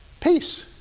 Peace